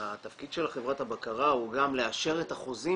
התפקיד של חברת הבקרה הוא גם לאשר את החוזים